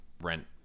rent